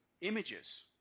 images